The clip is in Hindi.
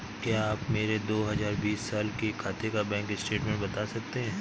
क्या आप मेरे दो हजार बीस साल के खाते का बैंक स्टेटमेंट बता सकते हैं?